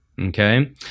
Okay